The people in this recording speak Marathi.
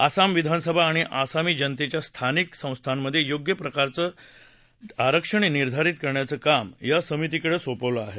आसाम विधानसभा आणि आसामी जनतेच्या स्थानिक संस्थांमध्ये योग्य प्रकारचं आरक्षण निर्धारित करण्याचं काम या समितीकडे सोपवलं आहे